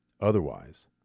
Otherwise